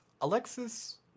Alexis